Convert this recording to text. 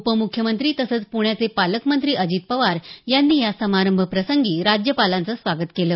उपमुख्यमंत्री तसंच पुण्याचे पालकमंत्री अजित पवार यांनी या समारंभ प्रसंगी राज्यपालांचं स्वागत केलं